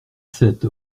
sept